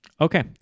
Okay